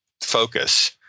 focus